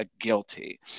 guilty